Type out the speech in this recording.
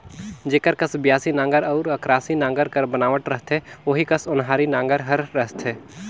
जेकर कस बियासी नांगर अउ अकरासी नागर कर बनावट रहथे ओही कस ओन्हारी नागर हर रहथे